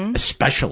and especially